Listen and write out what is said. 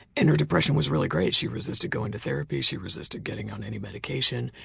and her depression was really great. she resisted going to therapy. she resisted getting on any medication.